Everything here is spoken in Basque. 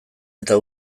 eta